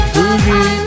Boogie